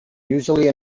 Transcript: usually